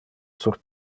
sur